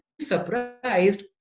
surprised